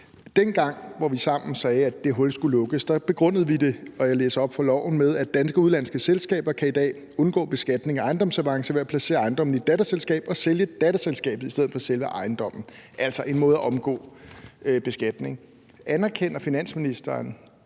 sammen sagde, at det hul skulle lukkes, begrundede vi det – og jeg læser op fra loven – med, at danske udenlandske selskaber i dag kan undgå beskatning af ejendomsavance ved at placere ejendommen i et datterselskab og sælge datterselskabet i stedet for selve ejendommen. Altså, det er en måde at omgå beskatning på. Anerkender finansministeren,